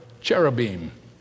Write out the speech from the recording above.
cherubim